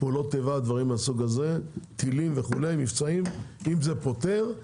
פעולות איבה, מבצעים, טילים, אם זה פותר,